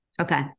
Okay